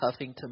Huffington